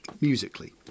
Musically